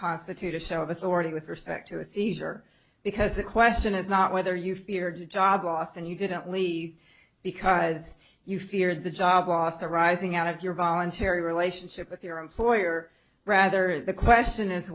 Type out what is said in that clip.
constitute a show of authority with respect to a seizure because the question is not whether you feared your job loss and you didn't lee because you feared the job loss arising out of your voluntary relationship with your employer rather the question is